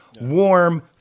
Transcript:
warm